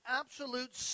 absolute